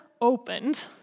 opened